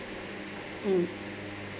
mm